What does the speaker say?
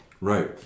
Right